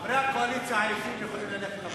חברי הקואליציה עייפים, הם יכולים ללכת הביתה.